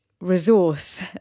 resource